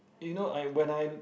you know I when I